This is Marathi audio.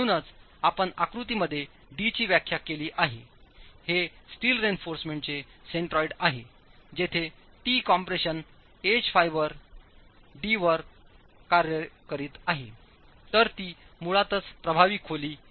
म्हणूनच जर आपण आकृतीमध्ये d ची व्याख्या केली आहे हे स्टील रेइन्फॉर्समेंटचे सेंट्रोइड आहे जेथे T compression edge fibre d वर कार्य करीत आहे तर ती मुळातच प्रभावी खोली आहे